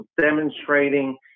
demonstrating